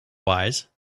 wise